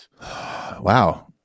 wow